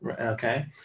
Okay